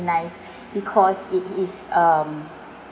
because it is um